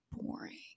boring